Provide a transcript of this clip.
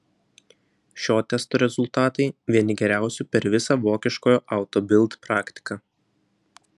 šio testo rezultatai vieni geriausių per visą vokiškojo auto bild praktiką